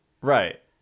Right